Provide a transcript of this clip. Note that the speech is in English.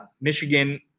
Michigan